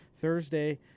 Thursday